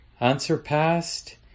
unsurpassed